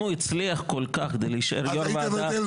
אם הוא הצליח כל כך כדי להישאר יו"ר ועדה